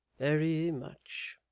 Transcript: very much